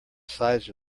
size